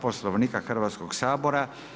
Poslovnika Hrvatskog sabora.